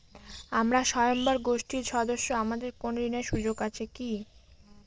আমরা স্বয়ম্ভর গোষ্ঠীর সদস্য আমাদের কোন ঋণের সুযোগ আছে কি?